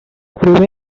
province